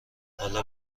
حالا